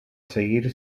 seguir